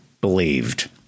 believed